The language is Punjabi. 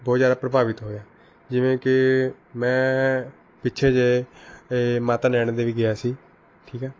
ਬਹੁਤ ਜ਼ਿਆਦਾ ਪ੍ਰਭਾਵਿਤ ਹੋਇਆ ਜਿਵੇਂ ਕਿ ਮੈਂ ਪਿੱਛੇ ਜੇ ਏ ਮਾਤਾ ਨੈਣਾਂ ਦੇਵੀ ਗਿਆ ਸੀ ਠੀਕ ਆ